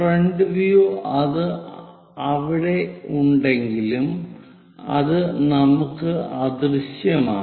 front view അത് അവിടെ ഉണ്ടെങ്കിലും അത് നമുക്ക് അദൃശ്യമാണ്